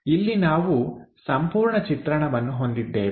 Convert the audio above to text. ಇಲ್ಲಿ ನಾವು ಸಂಪೂರ್ಣ ಚಿತ್ರಣವನ್ನು ಹೊಂದಿದ್ದೇವೆ